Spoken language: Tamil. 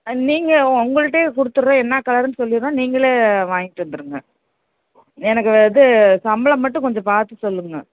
ஆ நீங்கள் உங்கள்ட்டயே கொடுத்துர்றேன் என்ன கலருன்னு சொல்லிடுறோம் நீங்களே வாங்கிட்டு வந்துடுங்க எனக்கு இது சம்பளம் மட்டும் கொஞ்சம் பார்த்து சொல்லுங்கள்